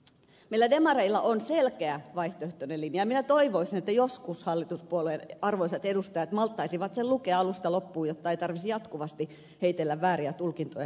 meillä demareilla on selkeä vaihtoehtoinen linja ja minä toivoisin että joskus hallituspuolueiden arvoisat edustajat malttaisivat sen lukea alusta loppuun jotta ei tarvitsisi jatkuvasti heitellä vääriä tulkintoja siihen liittyen